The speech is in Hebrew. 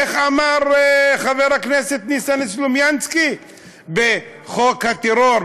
איך אמר חבר הכנסת ניסן סלומינסקי בחוק הטרור,